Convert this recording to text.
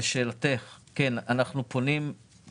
לשאלתך, כן, אנחנו פונים ומיידעים.